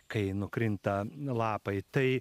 kai nukrinta lapai tai